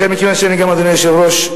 לכן, מכיוון שאני, אדוני היושב-ראש,